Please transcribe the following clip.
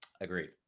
Agreed